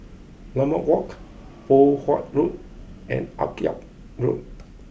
Limau Walk Poh Huat Road and Akyab Road